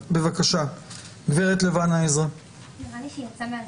גברת לבנה עזרא לא בזום.